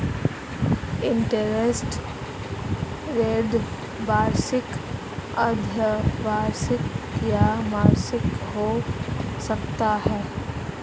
interest rate वार्षिक, अर्द्धवार्षिक या मासिक हो सकता है